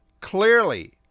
Clearly